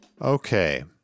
Okay